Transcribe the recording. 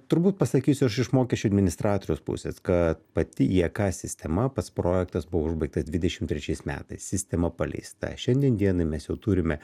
turbūt pasakysiu aš iš mokesčių administratoriaus pusės kad pati jk sistema pats projektas buvo užbaigtas dvidešimt trečiais metais sistema paleista šiandien dienai mes jau turime